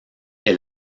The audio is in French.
est